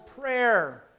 prayer